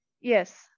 yes